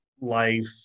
life